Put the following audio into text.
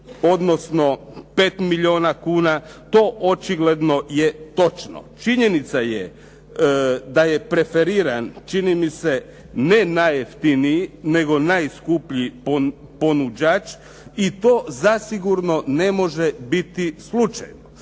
odnosno 5 milijuna kuna, to očigledno je točno. Činjenica je da je preferiran, čini mi se ne najjeftiniji, nego najskuplji ponuđač i to zasigurno ne može biti slučajno.